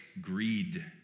greed